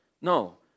No